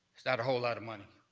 it's not a whole lot of money.